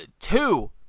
two